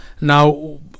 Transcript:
Now